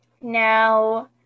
Now